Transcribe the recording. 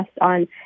on